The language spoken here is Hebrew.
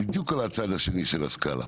בדיוק על הצד השני של הסקאלה.